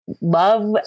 love